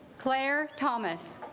claire thomas